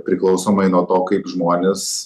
priklausomai nuo to kaip žmonės